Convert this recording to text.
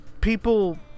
people